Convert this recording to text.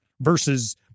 versus